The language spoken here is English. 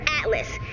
Atlas